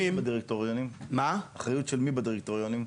אחריות של מי בדירקטוריונים?